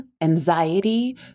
anxiety